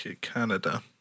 Canada